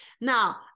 Now